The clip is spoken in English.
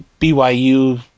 BYU